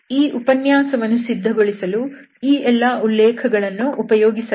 ಈ ಉಪನ್ಯಾಸವನ್ನು ಸಿದ್ಧಗೊಳಿಸಲು ಈ ಎಲ್ಲಾ ಉಲ್ಲೇಖಗಳನ್ನು ಉಪಯೋಗಿಸಲಾಗಿದೆ